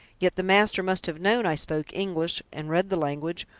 yet the master must have known i spoke english and read the language,